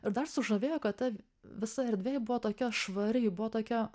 ir dar sužavėjo kad ta visa erdvė buvo tokia švari ji buvo tokia